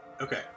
Okay